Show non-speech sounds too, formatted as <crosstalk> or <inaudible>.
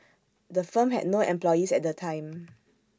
the firm had no employees at the time <noise>